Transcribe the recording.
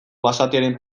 basatiaren